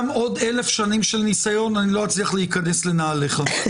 גם בעוד 10 שנים של ניסיון לא אצליח להיכנס בנעליך,